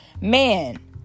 man